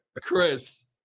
Chris